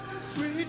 Sweet